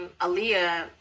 Aaliyah